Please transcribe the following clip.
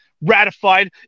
ratified